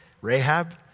Rahab